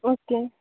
okay